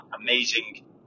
amazing